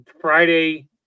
friday